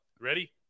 Ready